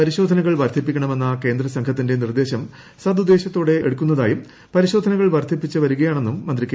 പരിശോധനകൾ വർദ്ധിപ്പിക്കണമെന്ന കേന്ദ്രസംഘത്തിന്റെ നിർദ്ദേശം സദുദ്ദേശത്തോടെ എടുക്കുന്നതായും പരിശോധനകൾ വർദ്ധിപ്പിച്ച് വരികയാണെന്നും മന്ത്രി കെ